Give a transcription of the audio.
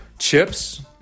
Chips